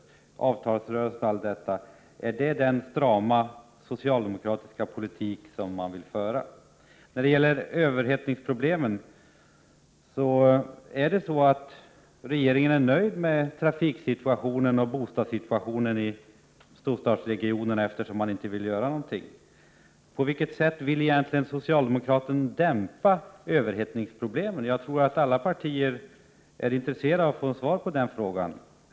Är detta den strama socialdemokratiska politik som man vill föra? Beträffande överhettningsproblemen är regeringen tydligen nöjd med trafiksituationen och bostadssituationen i storstadsregionerna, eftersom den inte vill göra någonting. På vilket sätt vill socialdemokraterna dämpa överhettningen? Jag tror att alla partier är intresserade av att få svar på denna fråga.